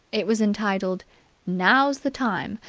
it was entitled now's the time!